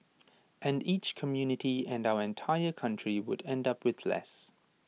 and each community and our entire country would end up with less